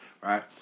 right